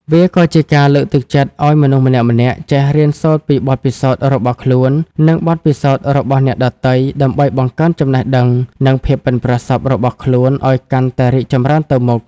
វាក៏ជាការលើកទឹកចិត្តឱ្យមនុស្សម្នាក់ៗចេះរៀនសូត្រពីបទពិសោធន៍របស់ខ្លួន និងបទពិសោធន៍របស់អ្នកដទៃ ដើម្បីបង្កើនចំណេះដឹង និងភាពប៉ិនប្រសប់របស់ខ្លួនឱ្យកាន់តែរីកចម្រើនទៅមុខ។